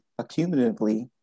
accumulatively